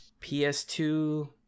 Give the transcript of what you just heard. ps2